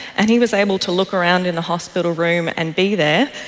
and he was able to look around in the hospital room and be there,